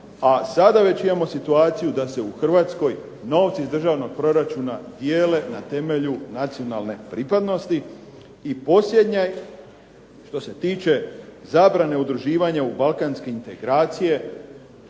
a sada već imamo situaciju da se u Hrvatskoj novci iz državnog proračuna dijele na temelju nacionalne pripadnosti i posljednje što se tiče zabrane udruživanja u balkanske integracije.